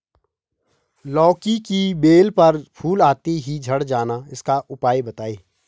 लौकी की बेल पर फूल आते ही झड़ जाना इसका उपाय बताएं?